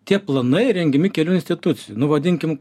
tie planai rengiami kelių institucijų nu vadinkim